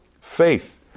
faith